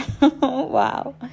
wow